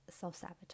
self-sabotage